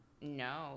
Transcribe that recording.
no